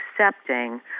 accepting